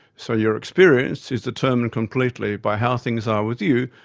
so your experience is determined completely by how things are with you,